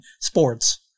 sports